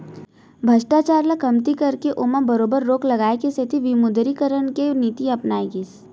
भस्टाचार ल कमती करके ओमा बरोबर रोक लगाए के सेती विमुदरीकरन के नीति अपनाए गिस